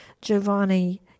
Giovanni